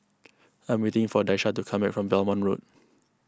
I am waiting for Daisha to come back from Belmont Road